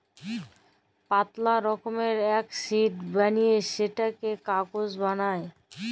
পাতলা রকমের এক শিট বলিয়ে সেটকে কাগজ বালাই